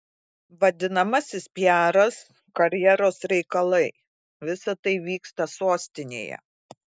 vadinamasis piaras karjeros reikalai visa tai vyksta sostinėje